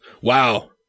wow